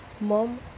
Mom